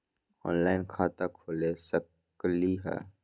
Online खाता खोल सकलीह?